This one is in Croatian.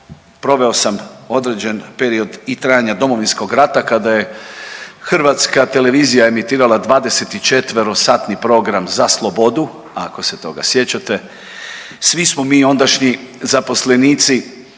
proveo sam određen period i trajanja Domovinskog rata kada je Hrvatska televizija emitirala 24-satni program Za slobodu, ako se toga sjećate, svi smo mi ondašnji zaposlenici